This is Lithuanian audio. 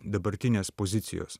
dabartinės pozicijos